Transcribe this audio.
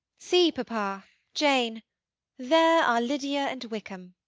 see papa jane there are lydia and wickham.